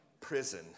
prison